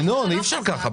אי אפשר כך.